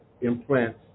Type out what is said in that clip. implants